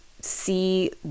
see